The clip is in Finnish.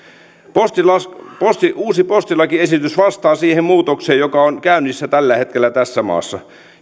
uusi postilakiesitys vastaa siihen muutokseen joka on käynnissä tällä hetkellä tässä maassa